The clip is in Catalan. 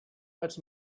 ens